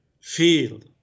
field